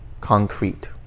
concrete